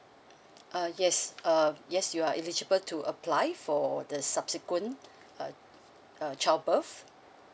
uh yes uh yes you are eligible to apply for the subsequent uh uh childbirth